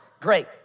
Great